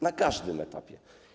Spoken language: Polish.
Na każdym etapie.